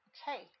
Okay